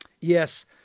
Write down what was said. Yes